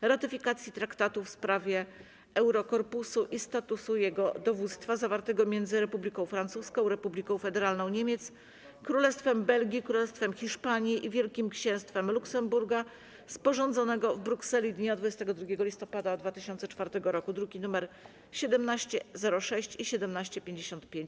ratyfikacji Traktatu w sprawie Eurokorpusu i statusu jego Dowództwa zawartego między Republiką Francuską, Republiką Federalną Niemiec, Królestwem Belgii, Królestwem Hiszpanii i Wielkim Księstwem Luksemburga, sporządzonego w Brukseli dnia 22 listopada 2004 r. (druki nr 1706 i 1755)